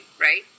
Right